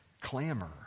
clamor